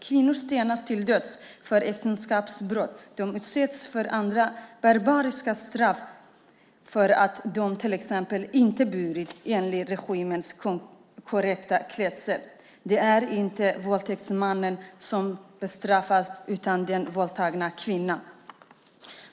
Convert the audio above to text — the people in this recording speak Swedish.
Kvinnor stenas till döds för äktenskapsbrott. De utsätts för andra barbariska straff för att de till exempel inte har burit enligt regimen korrekt klädsel. Det är inte våldtäktsmannen som bestraffas utan den våldtagna kvinnan.